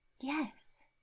Yes